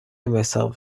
myself